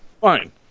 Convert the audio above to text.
Fine